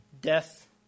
Death